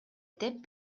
деп